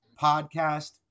Podcast